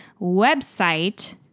website